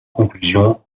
conclusion